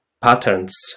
patterns